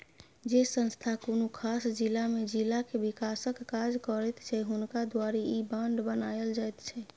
जे संस्था कुनु खास जिला में जिला के विकासक काज करैत छै हुनका द्वारे ई बांड बनायल जाइत छै